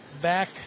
back